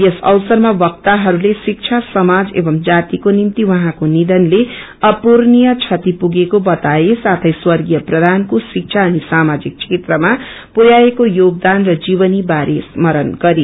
यस अवसरमा वक्ताहरूले शिक्षा समाज एव जातिको निम्ति उहाँको निषनले अपुरणिय क्षति पुगेको बताए साथै स्वर्गीय प्रधानको श्रिक्षा अनि सामाजिक क्षेत्रमा पुर्योएको योगदान र जीवनी बारे स्मरण गरे